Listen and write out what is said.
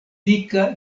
dika